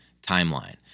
timeline